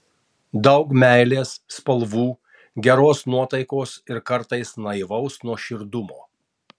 daug meilės spalvų geros nuotaikos ir kartais naivaus nuoširdumo